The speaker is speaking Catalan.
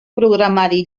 programari